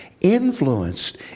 influenced